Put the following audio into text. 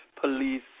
police